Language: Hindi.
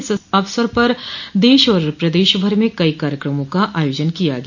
इस अवसर पर देश और प्रदेश भर में कई कार्यक्रमों का आयोजन किया गया